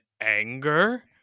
anger